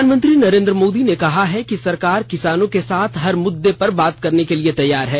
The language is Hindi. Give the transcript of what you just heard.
प्रधानमंत्री नरेन्द्र मोदी ने कहा है कि सरकार किसानों के साथ हर मुद्दे पर बात करने के लिए तैयार है